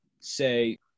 say